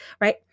right